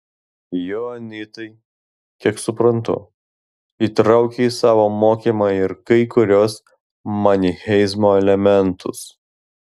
joanitai kiek suprantu įtraukia į savo mokymą ir kai kuriuos manicheizmo elementus